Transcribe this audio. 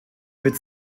mit